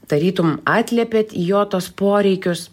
tarytum atliepėt į jo tuos poreikius